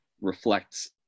reflects